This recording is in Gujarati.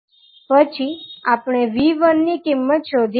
પછી આપણે 𝑉1 ની કિંમત શોધી કાઢીએ